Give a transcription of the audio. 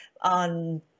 on